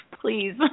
Please